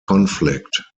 conflict